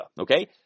okay